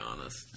honest